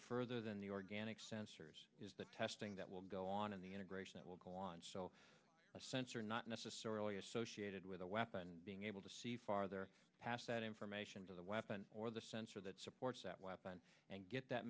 further than the organic sensors is the testing that will go on in the integration that will go on so a sensor not necessarily associated with a weapon being able to see farther pass that information to the weapon or the sensor that supports that weapon and get that